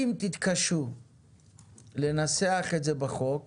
אם תתקשו לנוסח את זה בחוק,